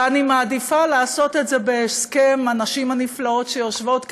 ואני מעדיפה לעשות את זה בהסכם עם הנשים הנפלאות שיושבות כאן,